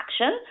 action